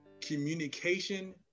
communication